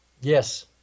Yes